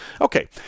Okay